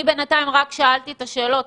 אני בינתיים שאלתי שאלות.